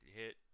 hit